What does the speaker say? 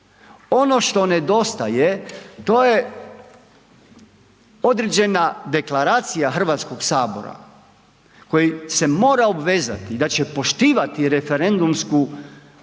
Ono što nedostaje to je određena deklaracija HS koji se mora obvezati da će poštivati referendumsku volju